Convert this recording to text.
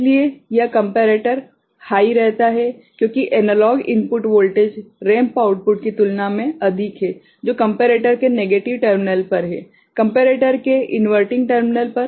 इसलिए यह comparator high रहता है क्योंकि analogue input voltage ramp output की तुलना में अधिक है जो कंपेरेटर के नेगेटिव टर्मिनल पर है कंपेरेटर के इन्वर्टिंग टर्मिनल पर